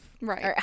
right